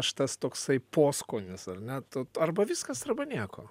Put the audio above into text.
aš tas toksai poskonis ar ne arba viskas arba nieko